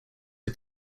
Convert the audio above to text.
are